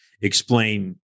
explain